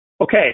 okay